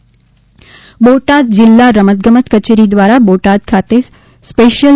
બોટાદ બોટાદ જિલ્લા રમત ગમત કચેરી દ્વારા બોટાદ ખાતે સ્પે